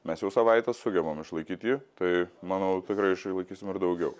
mes jau savaitę sugebam išlaikyt jį tai manau tikrai išlaikysim ir daugiau